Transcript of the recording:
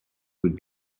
would